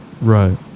Right